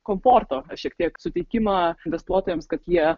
komforto šiek tiek suteikimą investuotojams kad jie